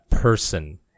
person